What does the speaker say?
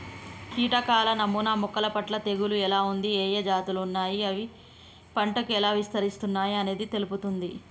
కీటకాల నమూనా మొక్కలపట్ల తెగులు ఎలా ఉంది, ఏఏ జాతులు ఉన్నాయి, అవి పంటకు ఎలా విస్తరిస్తున్నయి అనేది తెలుపుతుంది